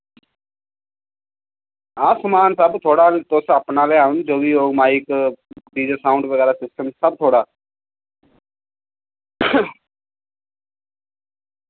हां समान सब थुआढ़ा तुस अपना लेआंग जो बी हो माइक डीजे साउंड बगैरा सिस्टम सब थुआढ़ा